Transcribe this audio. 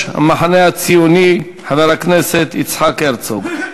המחנה הציוני חבר הכנסת יצחק הרצוג.